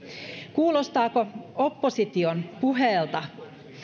kuulostaako opposition puheelta